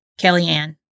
Kellyanne